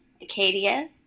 Acadia